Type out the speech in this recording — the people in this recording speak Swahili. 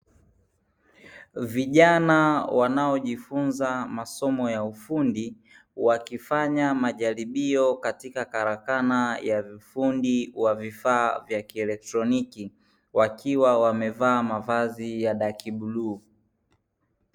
Vijana wanaojifunza masomo ya ufundi wakifanya majaribio katika karakana ya ufundi wa vifaa vya kielektroniki, wakiwa wamevaa mavazi ya daki bluu.